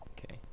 Okay